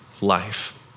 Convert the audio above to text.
life